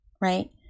right